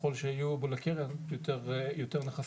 ככל שיהיו לקרן יותר נכסים.